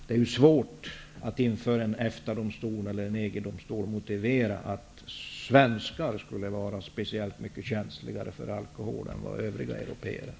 Det är ju svårt att inför en EFTA-domstol eller EG-domstol motivera att svenskar skulle vara speciellt mycket känsligare för alkohol än vad övriga européer är.